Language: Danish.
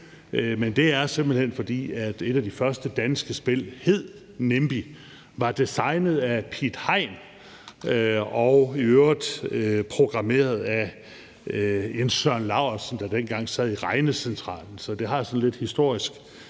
Men det er simpelt hen, fordi et af de første danske spil hed Nimbi. Det var designet af Piet Hein og i øvrigt programmeret af en Søren Lauesen, der dengang sad i Regnecentralen, så det har sådan lidt historisk